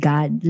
God